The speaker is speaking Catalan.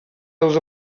als